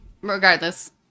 regardless